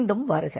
மீண்டும் வருக